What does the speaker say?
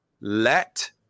let